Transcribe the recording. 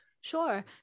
Sure